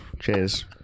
Cheers